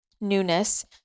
newness